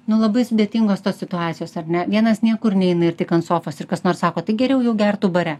nu labai sudėtingos tos situacijos ar ne vienas niekur neina ir tik ant sofos ir kas nors sako tai geriau jau gertų bare